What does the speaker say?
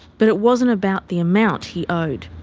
but it wasn't about the amount he owed.